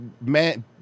man